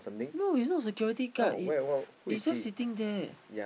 no he's not security guard he he's just sitting there